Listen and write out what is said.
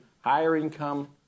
higher-income